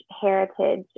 heritage